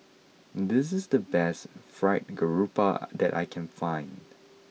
this is the best Fried Garoupa that I can find